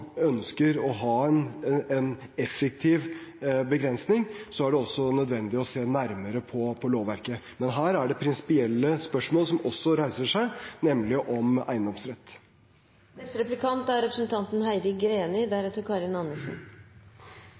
ønsker å ha en effektiv begrensning, er det også nødvendig å se nærmere på lovverket. Men her er det prinsipielle spørsmål som også reiser seg, nemlig om eiendomsrett.